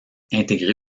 intégrée